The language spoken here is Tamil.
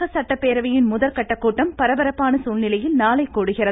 தமிழக சட்டப்பேரவையின் முதற்கட்ட கூட்டம் பரபரப்பான சூழ்நிலையில் நாளை கூடுகிறது